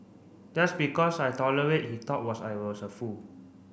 just because I tolerate he thought was I was a fool